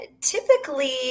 typically